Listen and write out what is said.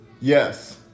Yes